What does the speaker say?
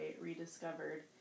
rediscovered